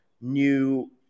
new